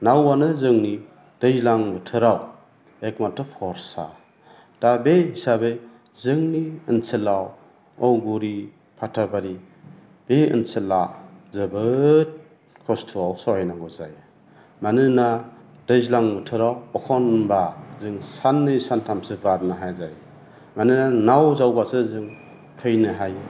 नावानो जोंनि दैलां बोथोराव एक माथ्र' फरसा दा बे हिसाबै जोंनि ओनसोलाव अगुरि फाथाबारि बे ओनसोला जोबोद खस्थ'आव सहायनांगौ जायो मानोना दैज्लां बोथोराव एखमबा जों सान्नै सानथामसो बारनो हाया जायो मानोना नाव जावबासो जों फैनो हायो